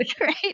Right